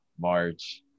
March